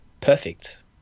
perfect